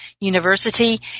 University